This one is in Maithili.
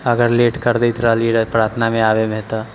अगर लेट कर देत रहलियै रह प्रार्थनामे आबैमे तऽ